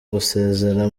gusezera